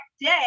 day